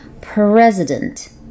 President